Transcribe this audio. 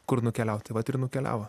kur nukeliaut tai vat ir nukeliavo